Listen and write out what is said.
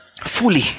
Fully